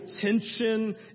tension